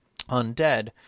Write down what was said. Undead